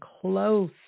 close